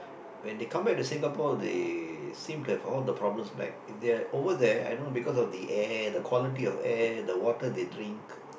when they come back to Singapore they seem to have all the problems back if they are over there I don't know because of the air the quality of air the water they drink